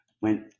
went